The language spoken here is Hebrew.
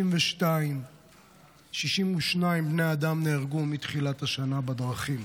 62 בני אדם נהרגו מתחילת השנה בדרכים.